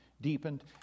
deepened